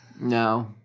No